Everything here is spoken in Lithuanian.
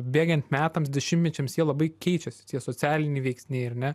bėgant metams dešimtmečiams jie labai keičiasi tie socialiniai veiksniai ar ne